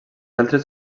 altres